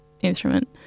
instrument